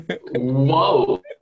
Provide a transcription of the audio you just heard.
Whoa